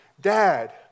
Dad